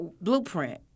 blueprint